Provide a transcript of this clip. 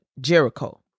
Jericho